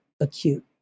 acute